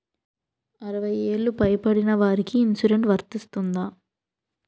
అరవై ఏళ్లు పై పడిన వారికి ఇన్సురెన్స్ వర్తిస్తుందా?